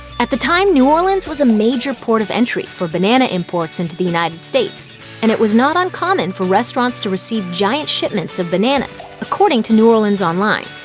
at the time, new orleans was a major port of entry for banana imports into the united states and it was not uncommon for restaurants to receive giant shipments of bananas, according to new orleans online.